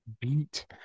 beat